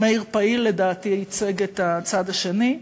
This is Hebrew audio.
מאיר פעיל לדעתי ייצג את הצד השני,